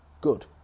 good